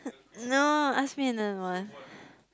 no ask me another one